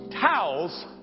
towels